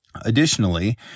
Additionally